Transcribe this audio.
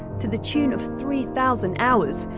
to the tune of three thousand hours.